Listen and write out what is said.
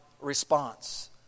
response